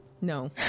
No